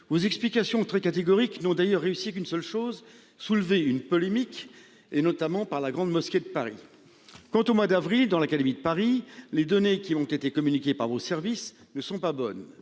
vos explications très catégorique n'd'ailleurs réussi qu'une seule chose soulevé une polémique et notamment par la Grande mosquée de Paris. Quant au mois d'avril. Dans l'académie de Paris. Les données qui ont été communiqués par vos services ne sont pas bonnes.